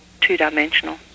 two-dimensional